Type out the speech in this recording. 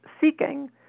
seeking